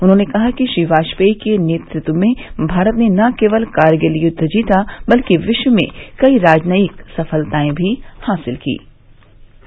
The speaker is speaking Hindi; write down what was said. उन्होंने कहा कि श्री वाजपेई के नेतृत्व में भारत ने न केवल कारगिल युद्ध जीता बल्कि विश्व में कई राजनयिक सफलताएं भी हासिल कीं